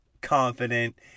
confident